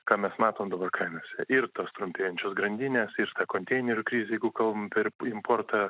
ką mes matom dabar kainose ir tos trumpėjančios grandinės ir konteinerių krizė jeigu kalbam per importą